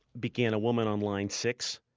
began a woman on line six,